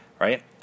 right